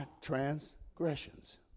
transgressions